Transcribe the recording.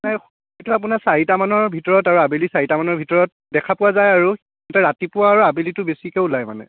নাই এইটো আপোনাৰ চাৰিটামানৰ ভিতৰত আৰু আবেলি চাৰিটামানৰ ভিতৰত দেখা পোৱা যায় আৰু সিহঁতে ৰাতিপুৱা আৰু আবেলিটো বেছিকৈ ওলায় মানে